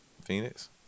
Phoenix